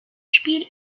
spiel